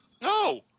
No